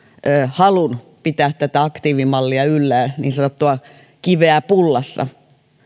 halun pitää tätä aktiivimallia yllä niin sanottua kiveä pullassa